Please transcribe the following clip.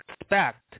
expect